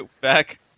Back